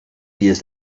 dies